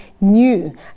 new